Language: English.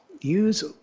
use